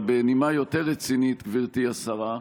אבל בנימה יותר רצינית, גברתי השרה,